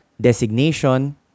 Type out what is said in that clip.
designation